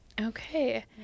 Okay